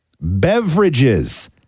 Beverages